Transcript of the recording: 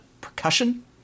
percussion